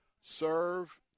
serve